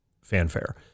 fanfare